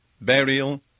burial